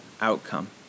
outcome